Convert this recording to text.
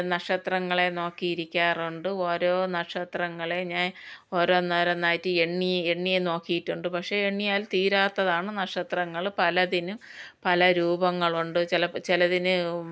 നക്ഷത്രങ്ങളെ നോക്കിയിരിക്കാറുണ്ട് ഓരോ നക്ഷത്രങ്ങളെ ഞാൻ ഓരോന്നോരോന്നായിട്ട് എണ്ണി എണ്ണി നോക്കിയിട്ടുണ്ട് പക്ഷേ എണ്ണിയാൽ തീരാത്തതാണ് നക്ഷത്രങ്ങൾ പലതിനും പല രൂപങ്ങളുണ്ട് ചിലപ്പം ചിലതിന്